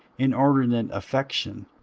inordinate affection,